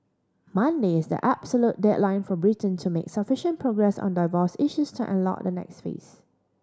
Monday is the absolute deadline for Britain to make sufficient progress on divorce issues to unlock the next phase